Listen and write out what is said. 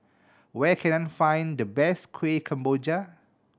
where can I find the best Kueh Kemboja